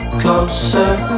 closer